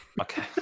Okay